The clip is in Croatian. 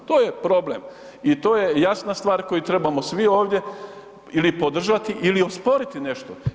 I to je problem i to je jasna stvar koju trebamo svi ovdje ili podržati ili osporiti nešto.